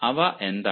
അവ എന്താകുന്നു